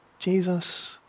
Jesus